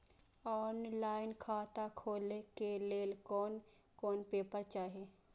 Online खाता खोले के लेल कोन कोन पेपर चाही?